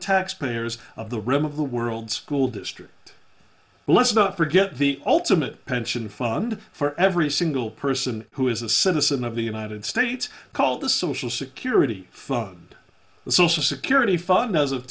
taxpayers of the realm of the world's school district well let's not forget the ultimate pension fund for every single person who is a citizen of the united states call the social security fund the social security fund as of